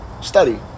study